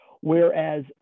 whereas